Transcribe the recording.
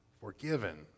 forgiven